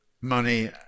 money